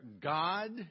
God